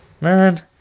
Man